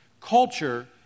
Culture